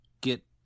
get